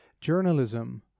journalism